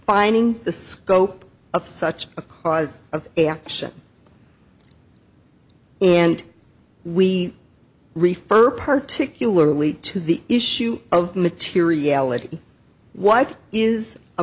defining the scope of such a cause of action and we refer particularly to the issue of materiality what is